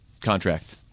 contract